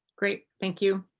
great. thank you.